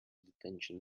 detention